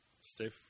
stay